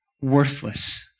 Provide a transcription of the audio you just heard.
worthless